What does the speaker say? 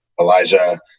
Elijah